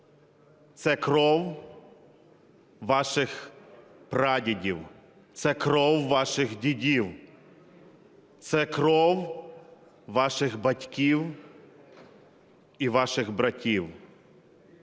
Це кров ваших прадідів, це кров ваших дідів, це кров ваших батьків і ваших братів.